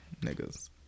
niggas